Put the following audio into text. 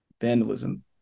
vandalism